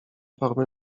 formy